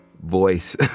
voice